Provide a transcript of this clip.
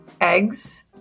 eggs